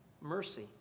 Mercy